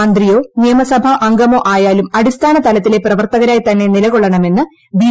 മന്ത്രിയോ നിയമസഭാംഗമോ ആയാലും അടിസ്ഥാന തലത്തിലെ പ്രവർത്തകരായിതന്നെ നീല്കൊള്ളണമെന്ന് ബി